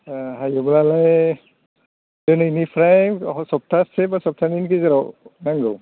हायोब्लालाय दिनैनिफ्राय सप्तासे बा सप्तानैनि गेजेराव नांगौ